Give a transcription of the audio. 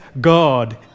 God